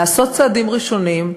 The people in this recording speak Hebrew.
לעשות צעדים ראשונים,